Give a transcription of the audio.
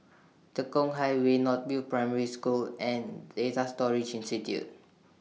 Tekong Highway North View Primary School and Data Storage Institute